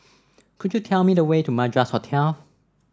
could you tell me the way to Madras Hotel